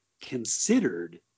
considered